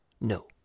no